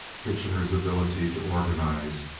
kitchener's ability to organize,